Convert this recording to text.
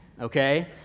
Okay